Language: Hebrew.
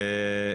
כן.